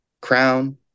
crown